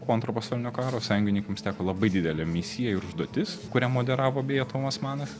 po antro pasaulinio karo sąjungininkams teko labai didelė misija ir užduotis kurią moderavo beje tomas manas